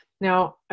Now